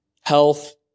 Health